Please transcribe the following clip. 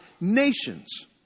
nations